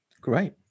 Great